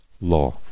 law